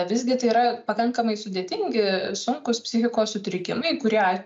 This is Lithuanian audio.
visgi tai yra pakankamai sudėtingi sunkūs psichikos sutrikimai kurie